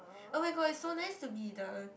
oh my god it's so nice to be the